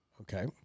Okay